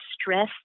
stress